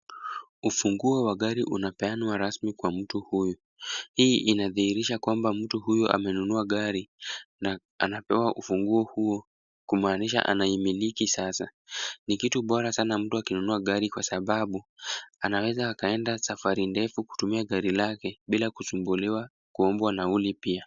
Ufunguo wa gari unapeanwa rasmi kwa mtu huyu. Hii inadhihirisha kwamba mtu huyo amenunua gari na anapewa ufunguo huo, kumaanisha anaimiliki sasa. Ni kitu bora sana mtu akinunua gari kwa sababu anaweza akaenda safari ndefu kutumia gari lake bila kusumbuliwa kuombwa nauli pia.